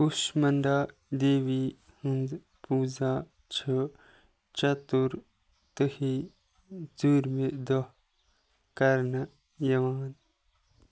کوٗشمنٛڈا دیوی ہٕنٛزۍ پوٗزا چھِ چَتُر تٔہی ژوٗرمہِ دۄہ کرنہٕ یِوان